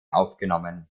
aufgenommen